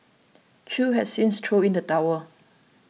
chew has since chew in the towel